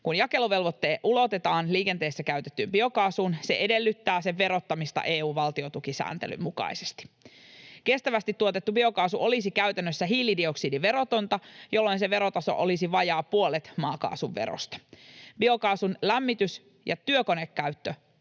Kun jakeluvelvoite ulotetaan liikenteessä käytettyyn biokaasuun, se edellyttää sen verottamista EU:n valtiontukisääntelyn mukaisesti. Kestävästi tuotettu biokaasu olisi käytännössä hiilidioksidiverotonta, jolloin sen verotaso olisi vajaa puolet maakaasun verosta. Biokaasun lämmitys- ja työkonekäyttö